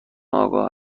آگاه